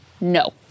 no